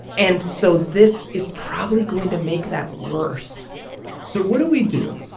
and so this is probably going to make that worse so what do we do?